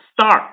Start